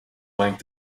link